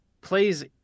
plays